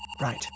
Right